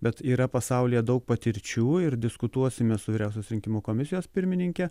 bet yra pasaulyje daug patirčių ir diskutuosime su vyriausios rinkimų komisijos pirmininke